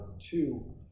Two